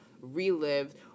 relived